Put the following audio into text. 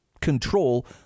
control